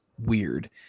weird